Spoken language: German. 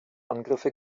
angriffe